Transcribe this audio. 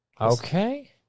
Okay